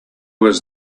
was